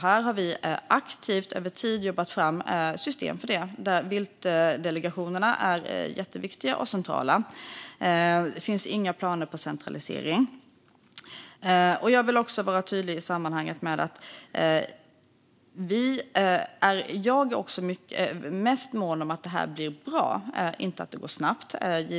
Vi har aktivt över tid jobbat fram system för detta, där viltdelegationerna är jätteviktiga och centrala. Det finns inga planer på en centralisering. Jag vill i det här sammanhanget också vara tydlig med att jag är mest mån om att detta blir bra, inte att det går snabbt.